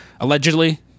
allegedly